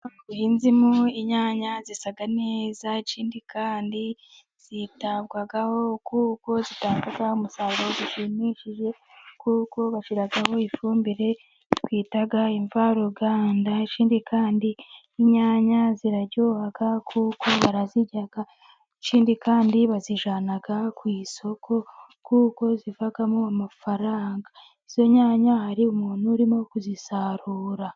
Umurima uhinzemo inyanya zisa neza ikindi kandi zitabwaho kuko zitanga umusaruro ushimishije, kuko bashyiramo ifumbire twita imvaruganda. Ikindi kandi inyanya ziraryoha kuko barazirya , ikindi kandi bazijyana ku isoko kuko zivamo amafaranga. Izo nyanya hari umuntu urimo kuzisarura.